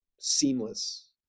seamless